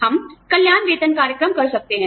हम कल्याण वेतन कार्यक्रम कर सकते हैं